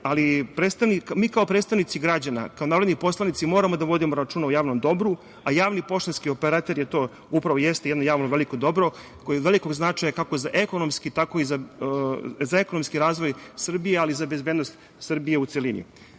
ali mi kao predstavnici građana, kao narodni poslanici moramo da vodimo računa o javnom dobru, a javni poštanski operater to upravo jeste - jedno javno veliko dobro koje je od velikog značaja kako za ekonomski razvoj Srbije, ali i za bezbednost Srbije u